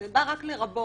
זה בא רק לרבות,